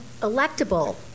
electable